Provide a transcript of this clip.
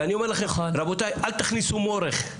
ואני אומר לכם, רבותיי, אל תכניסו מורך.